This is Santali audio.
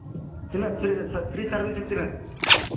ᱛᱤᱱᱟᱹᱜ ᱯᱷᱨᱤ ᱯᱷᱨᱤ ᱥᱟᱨᱵᱷᱤᱥᱤᱝ ᱛᱤᱱᱟᱹᱜ